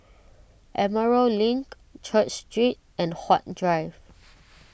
Emerald Link Church Street and Huat Drive